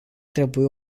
trebui